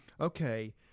okay